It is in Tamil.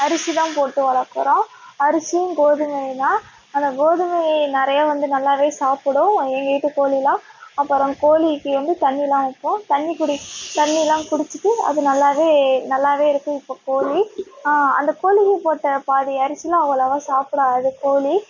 அரிசிதான் போட்டு வளக்கிறோம் அரிசியும் கோதுமையும்தான் அந்த கோதுமையை நிறையா வந்து நல்லா சாப்பிடும் எங்கள் வீட்டு கோழிலாம் அப்புறம் கோழிக்கு வந்து தண்ணிலாம் வைப்போம் தண்ணி குடிச்சு தண்ணிலாம் குடிச்சுட்டு அது நல்லா நல்லா இருக்கு இப்போ கோழி அந்தக் கோழிக்குப் போட்ட பாதி அரிசிலாம் அவ்வளவாக சாப்பிடாது கோழி